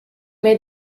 made